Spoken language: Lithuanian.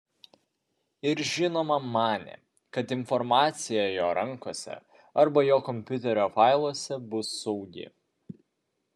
ir žinoma manė kad informacija jo rankose arba jo kompiuterio failuose bus saugi